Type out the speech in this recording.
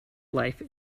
life